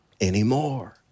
anymore